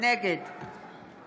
נגד